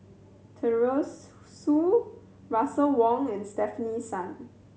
Teresa Russel Wong and Stefanie Sun